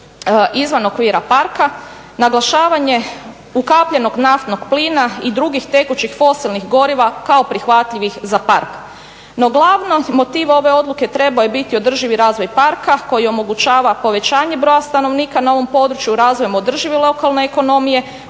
izvan okvira parka, naglašavanje ukapljenog naftnog plina i drugih tekućih fosilnih goriva kao prihvatljivih za park. No glavni motiv ove odluke trebao je biti održivi razvoj parka koji omogućava povećanje broja stanovnika na ovom području razvojem održive lokalne ekonomije